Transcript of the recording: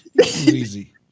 easy